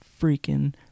freaking